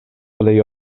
plej